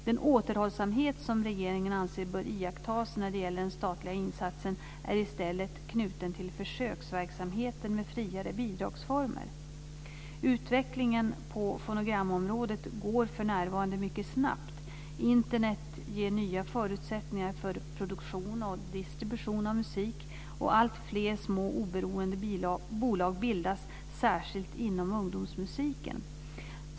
Den återhållsamhet som regeringen anser bör iakttas när det gäller den statliga insatsen är i stället knuten till försöksverksamheten med friare bidragsformer. Utvecklingen på fonogramområdet går för närvarande mycket snabbt. Internet ger nya förutsättningar för produktion och distribution av musik. Alltfler små oberoende bolag bildas, särskilt inom ungdomsmusiken.